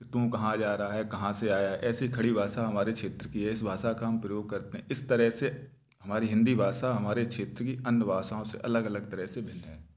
कि तू कहाँ जा रा है कहाँ से आया है ऐसी खड़ी भाषा हमारे क्षेत्र की है इस भाषा का हम प्रयोग करते हैं इस तरह से हमारी हिंदी भाषा हमारे क्षेत्र की अन्य भाषाओं से अलग अलग तरह से भिन्न है